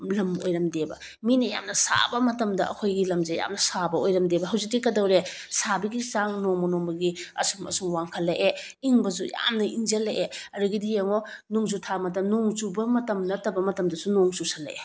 ꯂꯝ ꯑꯣꯏꯔꯝꯗꯦꯕ ꯃꯤꯅ ꯌꯥꯝꯅ ꯁꯥꯕ ꯃꯇꯝꯗ ꯑꯩꯈꯣꯏꯒꯤ ꯂꯝꯁꯦ ꯌꯥꯝꯅ ꯁꯥꯕ ꯑꯣꯏꯔꯝꯗꯦꯕ ꯑꯗꯨꯕꯨ ꯍꯧꯖꯤꯛꯇꯤ ꯀꯩꯗꯧꯔꯦ ꯁꯥꯕꯒꯤ ꯆꯥꯡ ꯅꯣꯡꯃ ꯅꯣꯡꯃꯒꯤ ꯑꯁꯨꯝ ꯑꯁꯨꯝ ꯋꯥꯡꯈꯠꯂꯛꯑꯦ ꯏꯪꯕꯁꯨ ꯌꯥꯝꯅ ꯏꯪꯁꯤꯜꯂꯛꯑꯦ ꯑꯗꯒꯤꯗꯤ ꯌꯦꯡꯉꯣ ꯅꯣꯡꯖꯨ ꯊꯥ ꯃꯇꯝ ꯅꯣꯡ ꯆꯨꯕ ꯃꯇꯝ ꯅꯠꯇꯕ ꯃꯇꯝꯗꯁꯨ ꯅꯣꯡ ꯆꯨꯁꯤꯜꯂꯛꯑꯦ